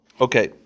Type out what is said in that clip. Okay